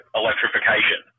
electrification